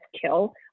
kill